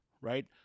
Right